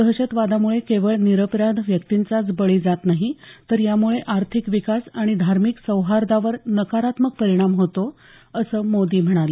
दहशतवादामुळे केवळ निरपराध व्यक्तींचाच बळी जात नाही तर यामुळे आर्थिक विकास आणि धार्मिक सौहार्दावर नकारात्मक परिणाम होतो असं ते म्हणाले